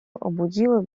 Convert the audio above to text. obudziły